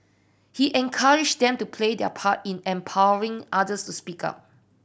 he encouraged them to play their part in empowering others to speak up